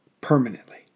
permanently